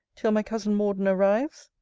till my cousin morden arrives?